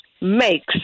makes